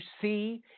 see